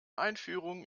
einführung